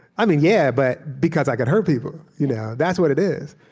i mean, yeah, but because i could hurt people. you know that's what it is